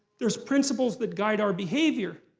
there's principles that guide our behavior.